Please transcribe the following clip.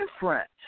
different